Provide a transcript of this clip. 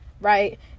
Right